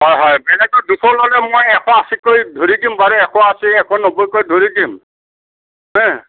হয় হয় বেলেগত দুশ ল'লে মই এশ আশীকৈ ধৰি দিম বাৰু এশ আশী এশ নব্বৈকৈ ধৰি দিম হা